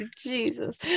Jesus